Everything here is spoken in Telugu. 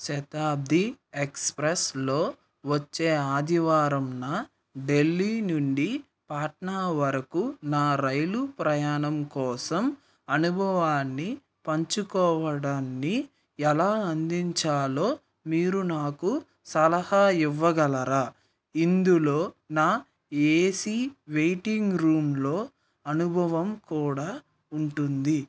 శతాబ్ది ఎక్స్ప్రెస్ లో వచ్చే ఆదివారంన ఢిల్లీ నుండి పాట్నా వరకు నా రైలు ప్రయాణం కోసం అనుభవాన్ని పంచుకోవడాన్ని ఎలా అందించాలో మీరు నాకు సలహా ఇవ్వగలరా ఇందులో నా ఏసీ వెయిటింగ్ రూమ్లో అనుభవం కూడా ఉంటుంది